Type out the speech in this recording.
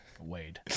wade